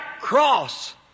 cross